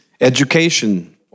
Education